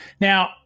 Now